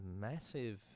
massive